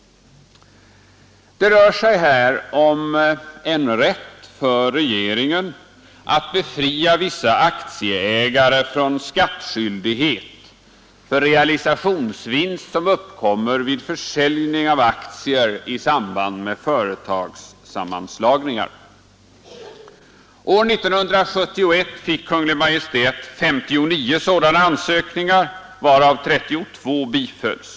Det rör sig här om rätt för regeringen att befria vissa aktieägare från skattskyldighet för realisationsvinst som uppkommer vid försäljning av aktier i samband med företagssammanslagningar. År 1971 fick Kungl. Maj:t 59 sådana ansökningar, varav 32 bifölls.